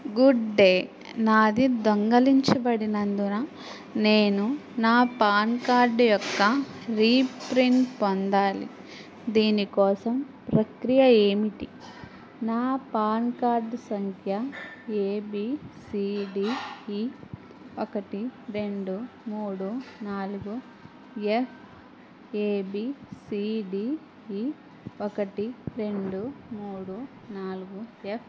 good day నాది దొంగలించబడినందున నేను నా పాన్ కార్డ్ యొక్క రీప్రింట్ పొందాలి దీనికోసం ప్రక్రియ ఏమిటి నా పాన్ కార్డ్ సంఖ్య A B C D E ఒకటి రెండు మూడు నాలుగు F A B C D E ఒకటి రెండు మూడు నాలుగు ఎఫ్